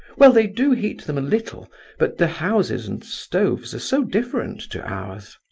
well, they do heat them a little but the houses and stoves are so different to ours.